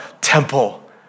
temple